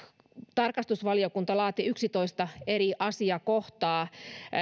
tarkastusvaliokunta laati yksitoista eri asiakohtaa